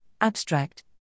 Abstract